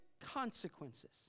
consequences